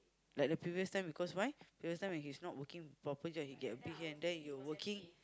like the previous time because why when he's not working he get a big hand then you working